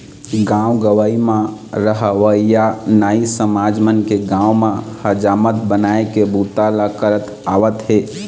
गाँव गंवई म रहवइया नाई समाज मन के गाँव म हजामत बनाए के बूता ल करत आवत हे